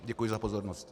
Děkuji za pozornost.